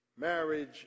marriage